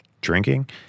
drinking